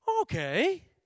Okay